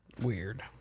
Weird